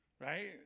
Right